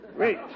Wait